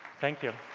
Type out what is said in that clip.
thank you.